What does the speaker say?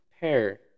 pair